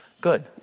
Good